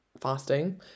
fasting